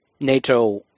NATO